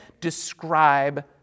describe